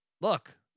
look